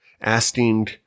asking